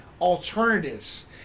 alternatives